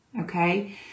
okay